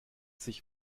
sich